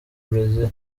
brazil